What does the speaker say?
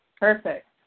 Perfect